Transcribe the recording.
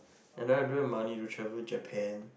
and I don't have money to travel Japan